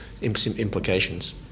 implications